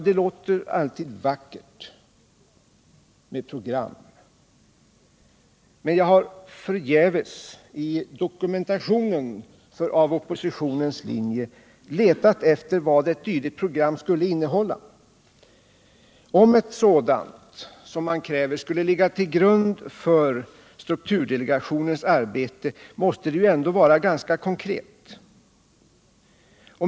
Det låter alltid vackert med ett program, men jag har förgäves i dokumentationen av oppositionens linje letat efter vad ett dylikt program skulle innehålla. Om ett sådant program som man kräver skulle ligga till grund för strukturdelegationens arbete måste det vara ganska konkret.